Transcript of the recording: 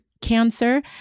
cancer